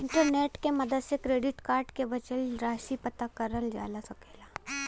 internet के मदद से क्रेडिट कार्ड क बचल राशि पता करल जा सकला